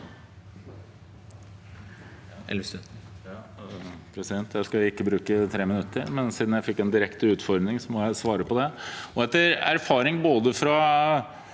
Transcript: Jeg skal ikke bruke 3 minutter, men siden jeg fikk en direkte utfordring, må jeg svare på den.